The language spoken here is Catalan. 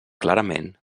clarament